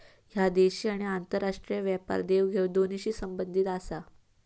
ह्या देशी आणि आंतरराष्ट्रीय व्यापार देवघेव दोन्हींशी संबंधित आसा